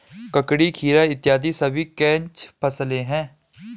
ककड़ी, खीरा इत्यादि सभी कैच फसलें हैं